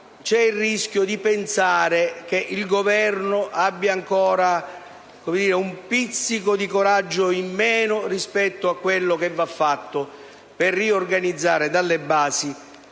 il rischio di pensare che il Governo abbia ancora un pizzico di coraggio in meno rispetto a quanto va fatto per riorganizzare dalle basi